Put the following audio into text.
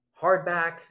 hardback